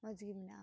ᱢᱚᱡᱽᱜᱮ ᱢᱮᱱᱟᱜᱼᱟ